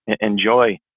enjoy